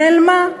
נעלמה.